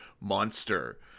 monster